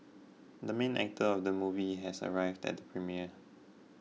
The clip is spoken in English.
the main actor of the movie has arrived at the premiere